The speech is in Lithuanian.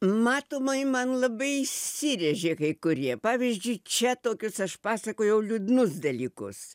matomai man labai įsirėžė kai kurie pavyzdžiui čia tokius aš pasakojau liūdnus dalykus